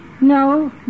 No